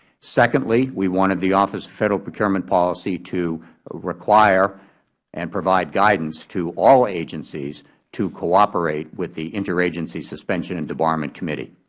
secondly, we wanted the office of federal procurement policy to require and provide guidance to all agencies to cooperate with the interagency suspension and debarment committee.